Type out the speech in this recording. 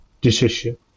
decision